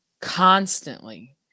constantly